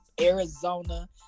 Arizona